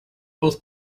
both